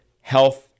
health